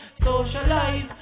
Socialize